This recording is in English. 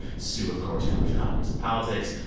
sue, of course, covers congress and politics.